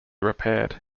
repaired